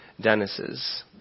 Dennis's